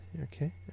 Okay